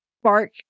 spark